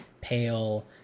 pale